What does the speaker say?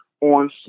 on